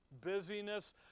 busyness